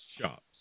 Shops